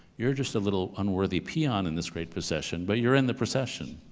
you're just a little unworthy peon in this great procession, but you're in the procession.